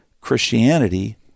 Christianity